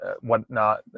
whatnot